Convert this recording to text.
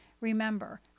Remember